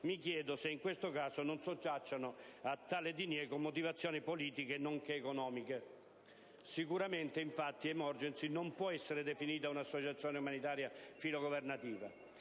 mi chiedo se in questo caso non sottostiano a tale diniego motivazioni politiche, nonché economiche. Sicuramente, infatti, Emergency non può essere definita un'associazione umanitaria filogovernativa.